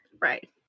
Right